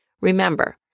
Remember